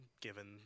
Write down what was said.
given